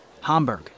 Hamburg